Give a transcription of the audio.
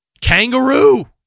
kangaroo